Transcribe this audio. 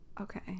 okay